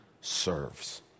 serves